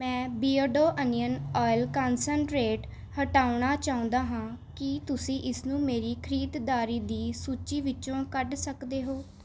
ਮੈਂ ਬੀਅਡੋ onion oil concentrate ਹਟਾਉਣਾ ਚਾਹੁੰਦਾ ਹਾਂ ਕੀ ਤੁਸੀਂ ਇਸਨੂੰ ਮੇਰੀ ਖਰੀਦਦਾਰੀ ਦੀ ਸੂਚੀ ਵਿੱਚੋਂ ਕੱਢ ਸਕਦੇ ਹੋ